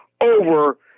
over